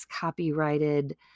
copyrighted